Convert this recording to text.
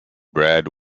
bred